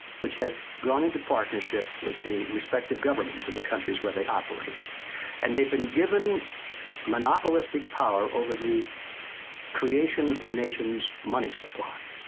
which have gone into partnership with the respected governments, on and the countries where they operate and they've been given monopolistic power over the creation of the nations money supply.